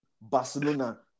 Barcelona